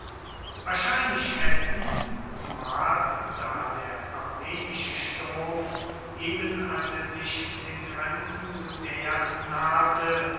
wahrscheinlich hätten zumal da der armenische sturm eben als er sich den grenzen judäas nahte